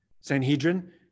Sanhedrin